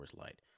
Light